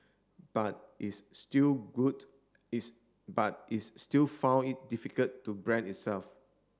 but is still good is but is still found it difficult to brand itself